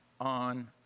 on